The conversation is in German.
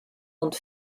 und